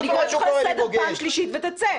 אני קוראת אותך לסדר פעם שלישית ותצא.